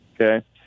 okay